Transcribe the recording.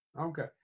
Okay